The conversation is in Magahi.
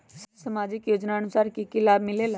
समाजिक योजनानुसार कि कि सब लाब मिलीला?